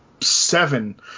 seven